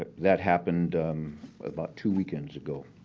but that happened about two weekends ago.